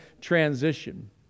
transition